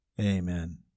Amen